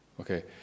okay